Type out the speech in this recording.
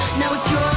notes you've